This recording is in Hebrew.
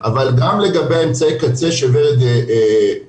אבל גם לגבי אמצעי הקצה שורד הדגישה,